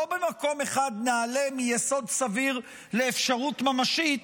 לא במקום אחד נעלה מיסוד סביר לאפשרות ממשית,